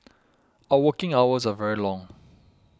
our working hours are very long